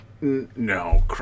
No